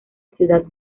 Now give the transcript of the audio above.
ciudad